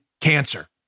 cancer